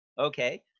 okay